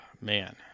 man